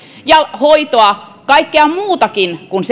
ja hoitoa erikoissairaanhoito on kaikkea muutakin kuin